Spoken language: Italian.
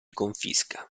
confisca